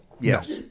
Yes